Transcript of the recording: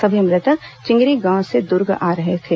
सभी मृतक चिंगरी गांव से दुर्ग आ रहे थे